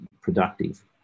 productive